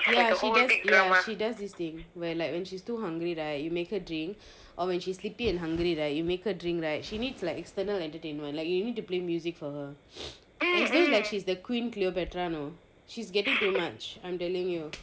ya she does she does this thing where like when she's too hungry right you make her drink or when she's sleepy and hungry right you make her drink right she needs like external entertainment like you need to play music for her as though like she's the queen cleopatra no she's getting too much I'm telling you